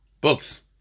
books